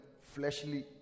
fleshly